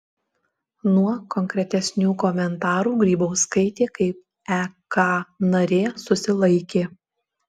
nuo konkretesnių komentarų grybauskaitė kaip ek narė susilaikė